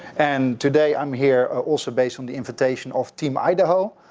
and today i'm here also based on the invitation of team idaho,